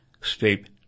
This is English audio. state